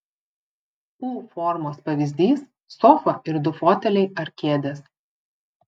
u formos pavyzdys sofa ir du foteliai ar kėdės